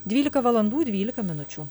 dvylika valandų dvylika minučių